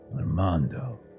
Armando